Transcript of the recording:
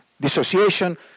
dissociation